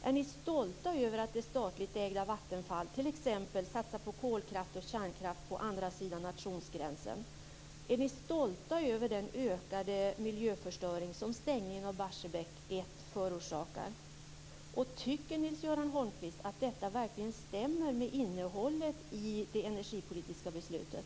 Är ni stolta över att det statligt ägda Vattenfall t.ex. satsar på kolkraft och kärnkraft på andra sidan nationsgränsen? Är ni stolta över den ökade miljöförstöring som stängningen av Barsebäck 1 förorsakar? Tycker Nils-Göran Holmqvist att detta verkligen stämmer med innehållet i det energipolitiska beslutet?